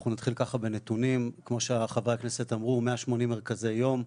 אנחנו נתחיל ככה בנתונים כמו שחברי הכנסת אמרו 180 מרכזי יום,